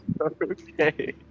Okay